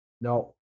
No